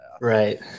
Right